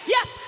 Yes